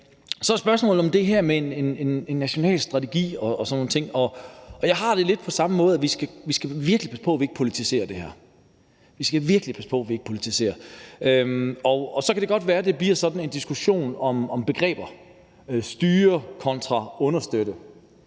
er der spørgsmålet om det her med en national strategi og sådan nogle ting. Jeg har det lidt på den måde, at vi virkelig skal passe på, at vi ikke politiserer det her. Så kan det godt være, at det bliver sådan en diskussion om begreber, om at styre kontra understøtte.